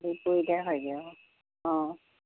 দুকুৰিটাই হয়গে আৰু অ